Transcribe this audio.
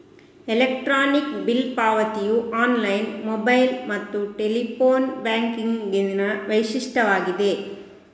electronic bill ಪಾವತಿಯು online, mobile ಮತ್ತು telephone ಬ್ಯಾಂಕಿಂಗಿನ ವೈಶಿಷ್ಟ್ಯವಾಗಿದೆ